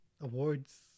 awards